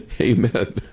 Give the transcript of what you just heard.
Amen